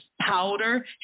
powder